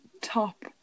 top